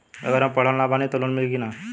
अगर हम पढ़ल ना बानी त लोन मिली कि ना?